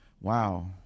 wow